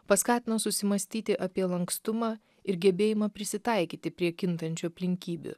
paskatino susimąstyti apie lankstumą ir gebėjimą prisitaikyti prie kintančių aplinkybių